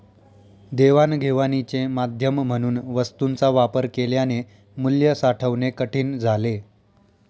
देवाणघेवाणीचे माध्यम म्हणून वस्तूंचा वापर केल्याने मूल्य साठवणे कठीण झाले